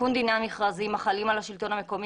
תיקון דיני המכרזים החלים על השלטון המקומי,